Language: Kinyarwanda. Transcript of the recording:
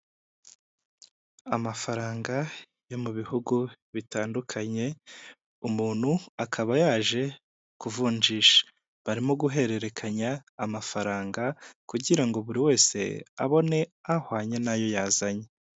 Amafaranga yo mu bihugu bitandukanye umuntu akaba yaje kuvunjisha. Barimo guhererekanya amafaranga kugira ngo buri wese abone ahwanye n'ayo yazanye.